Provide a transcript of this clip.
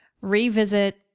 revisit